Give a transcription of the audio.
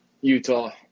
Utah